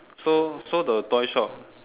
so so the toy shop